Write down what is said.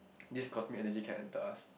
this cosmic energy can enter us